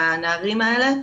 הנערים האלה,